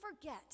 forget